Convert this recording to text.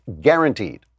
guaranteed